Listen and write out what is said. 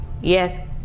yes